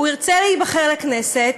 הוא ירצה להיבחר לכנסת,